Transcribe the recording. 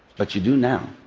but you do now.